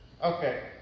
Okay